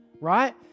right